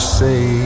say